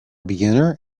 beginner